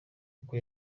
kuko